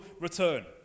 return